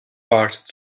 parked